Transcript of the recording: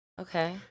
Okay